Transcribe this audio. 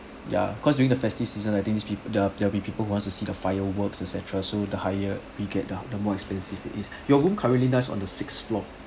ya cause during the festive season I think these people there are there are people who wants to see the fireworks etcetera so the higher we get the the more expensive it is your room currently nice on the sixth floor